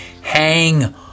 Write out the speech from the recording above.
hang